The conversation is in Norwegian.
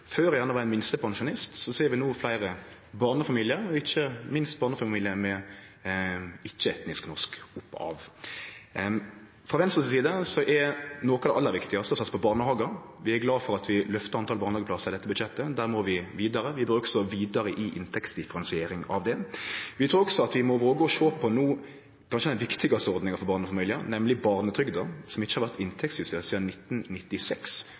før gjerne var ein minstepensjonist, ser vi no at fleire er barnefamiliar og ikkje minst barnefamiliar med ikkje-etnisk norsk opphav. Frå Venstre si side er noko av det aller viktigaste å satse på barnehagar. Vi er glade for at vi løftar talet på barnehageplassar i dette budsjettet. Der må vi kome vidare. Vi bør også kome vidare når det gjeld inntektsdifferensiering her. Vi trur også at vi må våge å sjå på kanskje den viktigaste ordninga for barnefamiliar, nemlig barnetrygda, som ikkje har vore inntektsjustert sidan 1996.